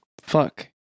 Fuck